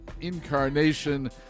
incarnation